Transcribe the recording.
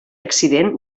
accident